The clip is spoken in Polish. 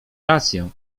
rację